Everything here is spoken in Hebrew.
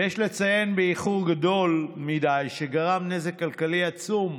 ויש לציין, באיחור גדול מדי, שגרם נזק כלכלי עצום,